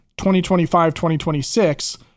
2025-2026